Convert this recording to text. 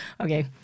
Okay